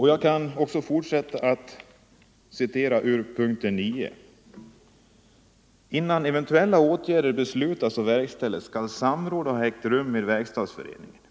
Jag fortsätter att citera ur punkten 9: ”Innan eventuella motåtgärder beslutas och verkställs skall samråd ha ägt rum med Verkstadsföreningen.